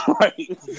Right